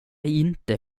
inte